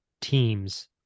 teams